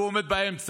והוא עומד באמצע.